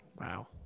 Wow